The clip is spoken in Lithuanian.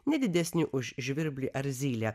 ne didesni už žvirblį ar zylę